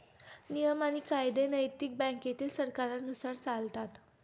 नियम आणि कायदे नैतिक बँकेतील सरकारांनुसार चालतात